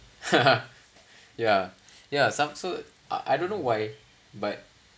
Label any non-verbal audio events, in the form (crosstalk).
(laughs) yeah yeah some so uh I don't know why but